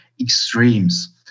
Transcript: extremes